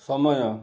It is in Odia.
ସମୟ